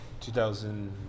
2000